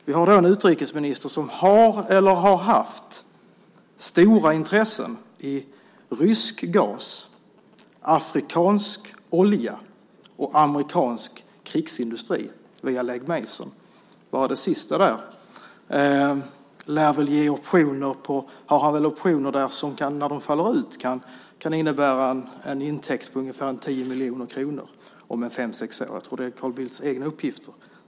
Vi har en utrikesminister som har eller har haft stora intressen i rysk gas, afrikansk olja och amerikansk krigsindustri, via Legg Mason. I det sista har han väl optioner som när de faller ut kan innebära en intäkt på ungefär 10 miljoner kronor om fem sex år. Jag tror att det sista är Carl Bildts egna uppgifter.